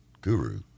guru